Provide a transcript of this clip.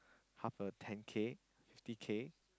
half a ten K fifty K